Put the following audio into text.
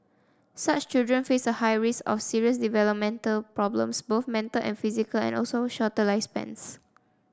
such children face a high risk of serious developmental problems both mental and physical and also shorter lifespans